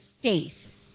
faith